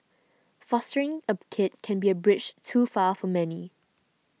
fostering a kid can be a bridge too far for many